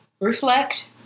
Reflect